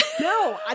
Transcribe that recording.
No